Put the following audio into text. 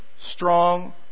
strong